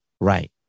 Right